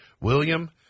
william